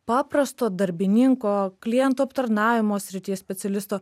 paprasto darbininko klientų aptarnavimo srities specialisto